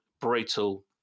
brutal